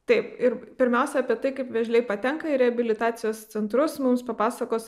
taip ir pirmiausia apie tai kaip vėžliai patenka į reabilitacijos centrus mums papasakos